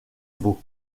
vos